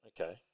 okay